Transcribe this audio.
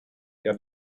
jag